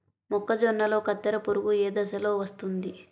మొక్కజొన్నలో కత్తెర పురుగు ఏ దశలో వస్తుంది?